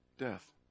death